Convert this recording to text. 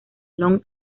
long